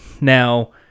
Now